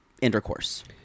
intercourse